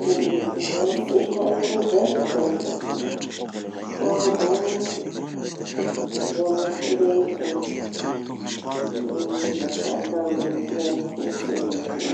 Ny biby mantsy haikoe da kongo, da moflety vazaha mainty miaro fotsy i lokoñy.